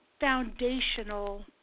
foundational